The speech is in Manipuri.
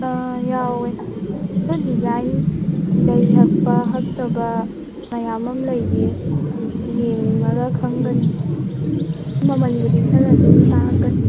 ꯑꯥ ꯌꯥꯎꯋꯦ ꯑꯗꯨ ꯗꯤꯖꯥꯏꯟ ꯂꯩ ꯍꯛꯄ ꯍꯛꯇꯕ ꯃꯌꯥꯝ ꯑꯃ ꯂꯩꯌꯦ ꯌꯦꯡꯂꯒ ꯈꯪꯒꯅꯤ ꯃꯃꯟꯕꯨꯗꯤ ꯈꯔ ꯑꯗꯨꯝ ꯇꯥꯡꯂꯛꯀꯅꯤ